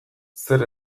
zer